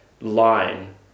line